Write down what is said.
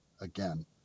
again